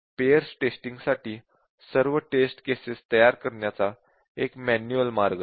pairs testing साठी सर्व test cases तयार करण्याचा हा एक मॅन्युअल मार्ग आहे